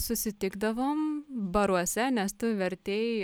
susitikdavom baruose nes tu vertei